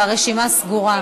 הרשימה סגורה.